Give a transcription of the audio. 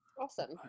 Awesome